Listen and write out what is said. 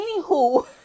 anywho